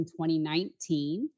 2019